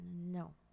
No